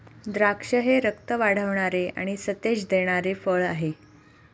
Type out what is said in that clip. द्राक्षे हे रक्त वाढवणारे आणि सतेज देणारे फळ आहे